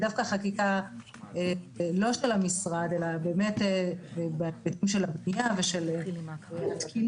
דווקא חקיקה לא של המשרד אלא באמת בהיבטים של הבנייה ושל התקינה,